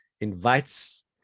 invites